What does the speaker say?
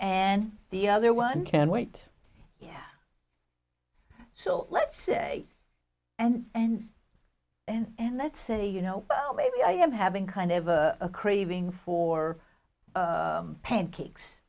and the other one can wait yeah so let's say and and and and let's say you know maybe i am having kind of a craving for pancakes